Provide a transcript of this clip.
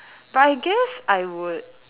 but I guess I would